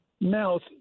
mouth